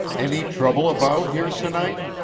any trouble about here to-night?